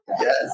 Yes